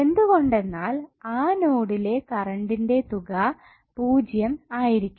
എന്തുകൊണ്ട് എന്നാൽ ആ നോഡിലെ കറണ്ടിന്റെ തുക 0 ആയിരിക്കും